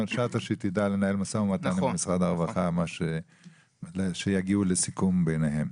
שאטה שתדע לנהל משא ומתן עם משרד הרווחה שיגיעו לסיכום ביניהם.